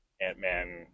ant-man